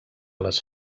les